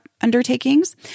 undertakings